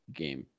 game